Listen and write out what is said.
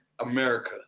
America